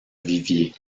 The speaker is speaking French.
viviers